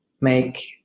make